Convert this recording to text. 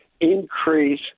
increase